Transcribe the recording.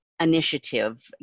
initiative